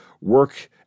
work